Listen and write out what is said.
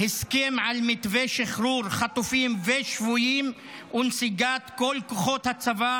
הסכם על מתווה שחרור חטופים ושבויים ונסיגת כל כוחות הצבא